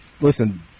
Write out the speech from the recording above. Listen